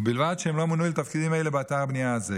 ובלבד שהם לא מונו לתפקידים אלה באתר הבנייה הזה.